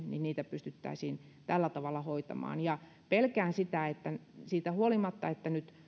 pystyttäisiin tällä tavalla hoitamaan pelkään sitä että siitä huolimatta että nyt